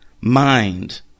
mind